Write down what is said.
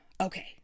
Okay